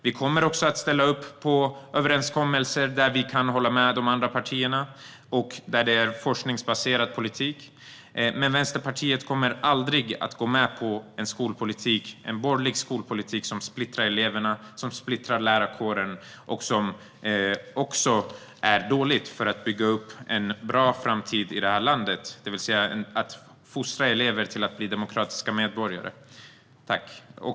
Vi kommer också att ställa upp på överenskommelser där vi kan hålla med de andra partierna och där det är forskningsbaserad politik. Men Vänsterpartiet kommer aldrig att gå med på en borgerlig skolpolitik som splittrar eleverna och lärarkåren och som också är dålig för dem som ska bygga en framtid i det här landet, det vill säga att fostra elever till att bli demokratiska medborgare.